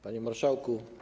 Panie Marszałku!